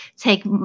take